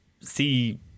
see